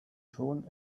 schon